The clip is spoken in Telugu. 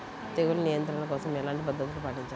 తెగులు నియంత్రణ కోసం ఎలాంటి పద్ధతులు పాటించాలి?